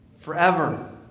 forever